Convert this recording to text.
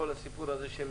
כל הסיפור הזה של